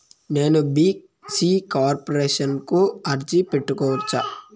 నేను BC corporation కు అర్జీ పెట్టుకోవచ్చా?